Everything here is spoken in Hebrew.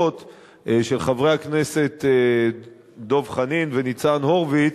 של חברי הכנסת דב חנין וניצן הורוביץ,